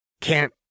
Can't